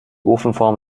ofenform